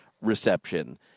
reception